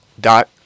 dot